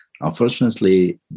Unfortunately